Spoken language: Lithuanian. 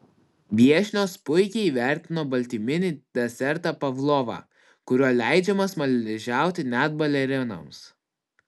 viešnios puikiai įvertino baltyminį desertą pavlovą kuriuo leidžiama smaližiauti net balerinoms